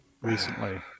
recently